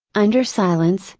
under silence,